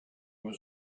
was